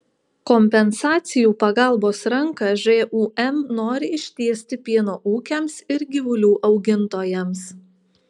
kompensacijų pagalbos ranką žūm nori ištiesti pieno ūkiams ir gyvulių augintojams